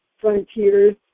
frontiers